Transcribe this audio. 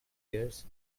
years